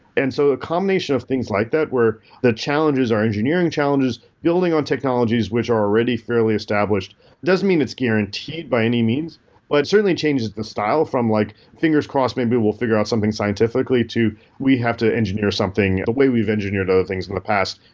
and so a combination of things like that where the challenges are engineering challenges, building on technologies which are already fairly established, it doesn't mean it's guaranteed by any means, but it certainly changes the style from, like fingers crossed, maybe we'll figure out something scientifically to we have to engineer something. the way we've engineered other things in the past,